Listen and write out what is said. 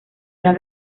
una